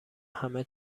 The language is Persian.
همه